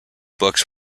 books